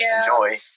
Enjoy